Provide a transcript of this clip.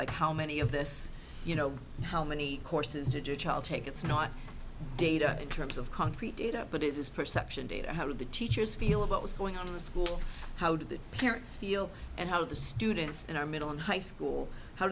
like how many of this you know how many courses digital take it's not data in terms of concrete data but it is perception data how do the teachers feel about what's going on in the school how do the parents feel and how the students in our middle and high school how